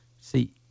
See